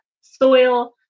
soil